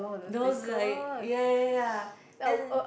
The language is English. those like ya ya ya and